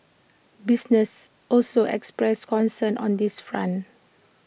businesses also expressed concern on this front